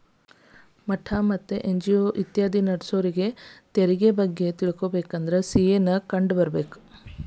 ಮಠಾ ಮತ್ತ ಎನ್.ಜಿ.ಒ ಇತ್ಯಾದಿ ನಡ್ಸೋರಿಗೆ ತೆರಿಗೆ ಬಗ್ಗೆ ತಿಳಕೊಬೇಕಂದ್ರ ಸಿ.ಎ ನ್ನ ಕಂಡು ಬರ್ಬೇಕ